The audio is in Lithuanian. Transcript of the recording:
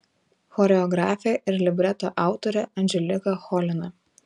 choreografė ir libreto autorė anželika cholina